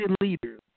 leaders